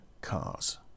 cars